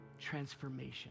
transformation